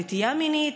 נטייה מינית,